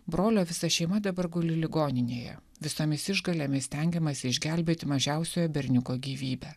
brolio visa šeima dabar guli ligoninėje visomis išgalėmis stengiamasi išgelbėt mažiausiojo berniuko gyvybę